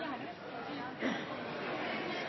hadde